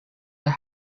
the